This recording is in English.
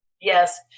Yes